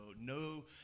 no